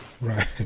right